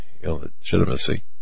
illegitimacy